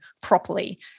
properly